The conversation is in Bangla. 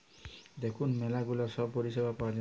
দেখুন ম্যালা গুলা সব পরিষেবা পাওয়া যায়